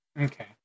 Okay